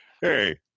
Hey